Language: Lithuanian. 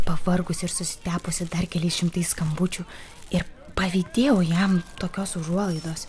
pavargusi ir susitepusi dar keliais šimtais skambučių ir pavydėjau jam tokios užuolaidos